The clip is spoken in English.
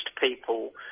people